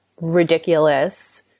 ridiculous